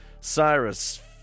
Cyrus